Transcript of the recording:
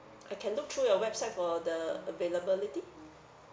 I can look through your website for the availability